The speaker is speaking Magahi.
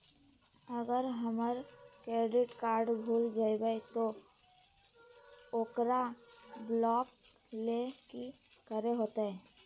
अगर हमर क्रेडिट कार्ड भूल जइबे तो ओकरा ब्लॉक लें कि करे होते?